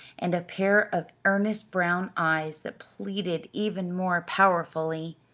and a pair of earnest brown eyes that pleaded even more powerfully,